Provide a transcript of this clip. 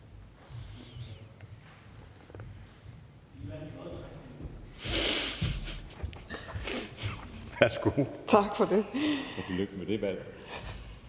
Tak for det.